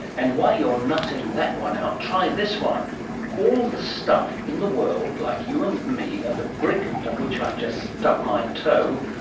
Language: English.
and while you're nutting that one out, try this one all the stuff in the world, like you and me and the brick on which i just stubbed my toe,